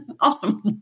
Awesome